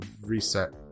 reset